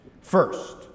First